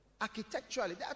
architecturally